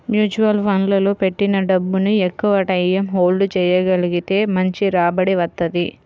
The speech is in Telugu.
మ్యూచువల్ ఫండ్లలో పెట్టిన డబ్బుని ఎక్కువటైయ్యం హోల్డ్ చెయ్యగలిగితే మంచి రాబడి వత్తది